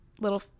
little